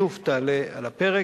שוב תעלה על הפרק.